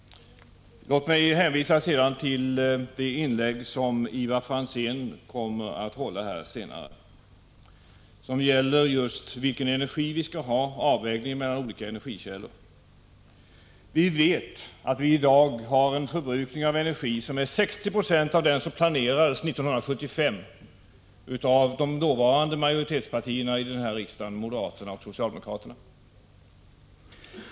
Låt mig vad gäller vilken avvägning som vi skall göra mellan olika energikällor hänvisa till det inlägg som Ivar Franzén senare kommer att hålla här. Vi har i dag en energiförbrukning som uppgår till 60 96 av den som år 1975 planerades av de dåvarande majoritetspartierna, socialdemokraterna och moderaterna.